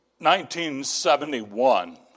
1971